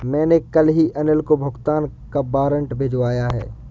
मैंने कल ही अनिल को भुगतान का वारंट भिजवाया है